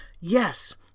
yes